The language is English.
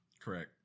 Correct